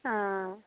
हा